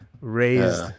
Raised